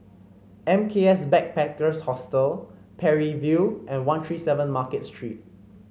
M K S Backpackers Hostel Parry View and One Three Seven Market Street